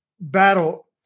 battle